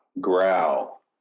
growl